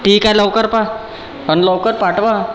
ठीक आहे लवकर पहा आणि लवकर पाठवा